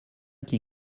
qui